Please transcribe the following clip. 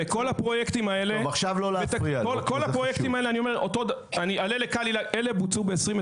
כל הפרויקטים שרואים בשקף הזה בוצעו ב-2021,